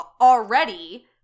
already